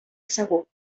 segur